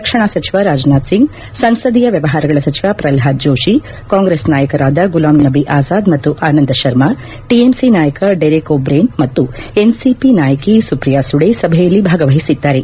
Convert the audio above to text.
ರಕ್ಷಣಾ ಸಚಿವ ರಾಜನಾಥ್ ಸಿಂಗ್ ಸಂಸದೀಯ ವ್ಯವಹಾರಗಳ ಸಚಿವ ಪ್ರಹ್ಲಾದ್ ಜೋಶಿ ಕಾಂಗ್ರೆಸ್ ನಾಯಕರಾದ ಗುಲಾಂ ನಬಿ ಆಜಾದ್ ಮತ್ತು ಆನಂದ ಶರ್ಮ ಟಿಎಂಸಿ ನಾಯಕ ಡೇರೆಕ್ ಒಬ್ರೇನ್ ಮತ್ತು ಎನ್ಸಿಪಿ ನಾಯಕಿ ಸುಪ್ರಿಯಾ ಸುಳೆ ಸಭೆಯಲ್ಲಿ ಭಾಗವಹಿಸಿದ್ದಾರೆ